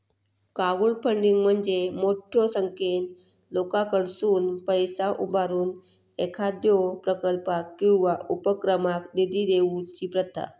crowdfunding म्हणजे मोठ्यो संख्येन लोकांकडसुन पैसा उभारून एखाद्यो प्रकल्पाक किंवा उपक्रमाक निधी देऊची प्रथा